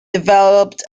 developed